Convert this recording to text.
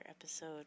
episode